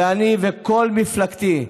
ואני וכל מפלגתי,